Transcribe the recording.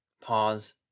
Pause